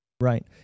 Right